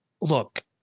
look